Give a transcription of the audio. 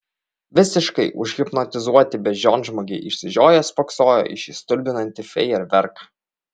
visiškai užhipnotizuoti beždžionžmogiai išsižioję spoksojo į šį stulbinantį fejerverką